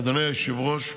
אדוני היושב-ראש,